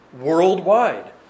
worldwide